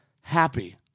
happy